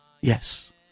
Yes